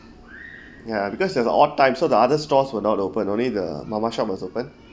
ya because it was odd time so the other stores was not open only the mamak shop was open